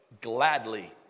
gladly